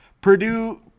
Purdue